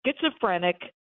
schizophrenic